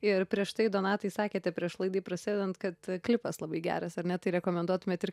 ir prieš tai donatai sakėte prieš laidai prasidedant kad klipas labai geras ar ne tai rekomenduotumėt ir